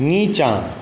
नीचाँ